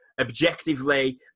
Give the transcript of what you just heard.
objectively